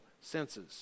senses